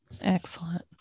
Excellent